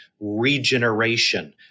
regeneration